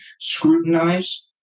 scrutinize